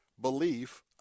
belief